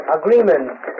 agreement